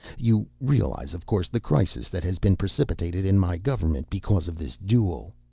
you realize, of course, the crisis that has been precipitated in my government because of this duel?